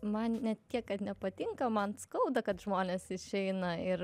man ne tiek kad nepatinka man skauda kad žmonės išeina ir